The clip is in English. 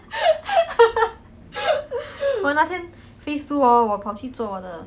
orh 那天 phase two orh 我跑去做我的